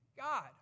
God